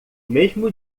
mesmo